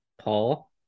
Paul